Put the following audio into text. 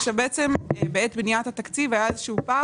ובעצם בעת בניית התקציב היה איזשהו פער.